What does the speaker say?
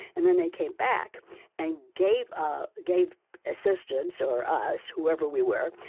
and then they came back and gave ah gave assistants, or us, whoever we were,